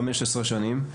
15 שנים,